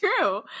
true